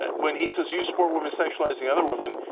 and when he says you support women sexualizing other women.